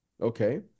okay